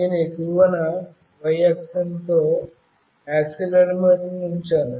నేను ఎగువన y అక్షంతో యాక్సిలెరోమీటర్ను ఉంచాను